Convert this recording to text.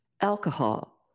alcohol